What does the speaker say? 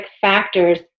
factors